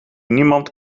niemand